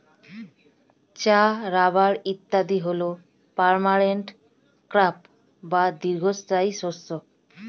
চা, রাবার ইত্যাদি হল পার্মানেন্ট ক্রপ বা দীর্ঘস্থায়ী শস্য